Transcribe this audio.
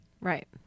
Right